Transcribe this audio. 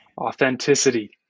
Authenticity